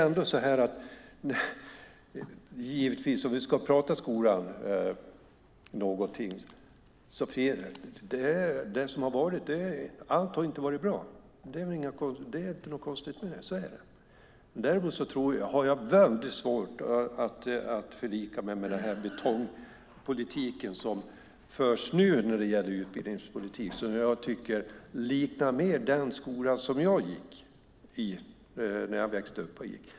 Om vi ska tala någonting om skolan har allt inte varit bra. Det är inte något konstigt med det. Så är det. Däremot har jag väldigt svårt att förlika mig med betongpolitiken som nu förs i utbildningspolitiken. Jag tycker att det mer liknar den skola som jag gick i när jag växte upp.